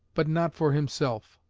but not for himself.